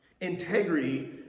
Integrity